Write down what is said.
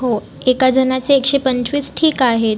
हो एका जणाचे एकशे पंचवीस ठीक आहेत